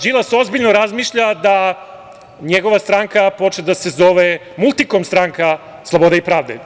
Đilas ozbiljno razmišlja da njegova stranke počne da se zove multikom stranka slobode i pravde.